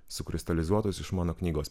sukristalizuotos iš mano knygos